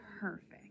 Perfect